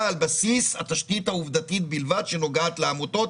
על בסיס התשתית העובדתית בלבד שנוגעת בעמותות.